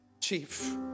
chief